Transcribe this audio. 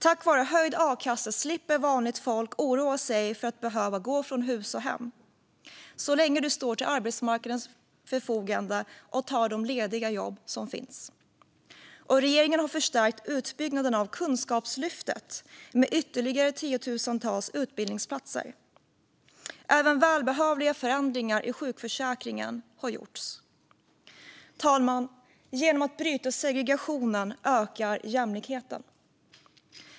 Tack vare höjd a-kassa slipper vanligt folk oroa sig för att behöva gå från hus och hem så länge de står till arbetsmarknadens förfogande och tar de lediga jobb som finns. Regeringen har förstärkt utbyggnaden av Kunskapslyftet med ytterligare tiotusentals utbildningsplatser. Även välbehövliga förändringar i sjukförsäkringen har gjorts. Fru talman! Genom att segregationen bryts ökar jämlikheten.